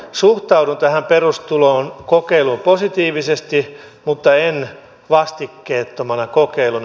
suhtaudun tähän perustulokokeiluun positiivisesti mutta en vastikkeettomana kokeiluna